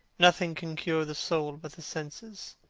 nothing can cure the soul but the senses,